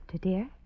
dear